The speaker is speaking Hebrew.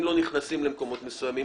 אם לא נכנסים למקומות מסוימים,